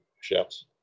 chefs